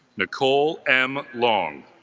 nicole m. long